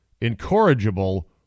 incorrigible